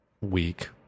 week